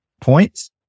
points